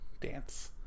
dance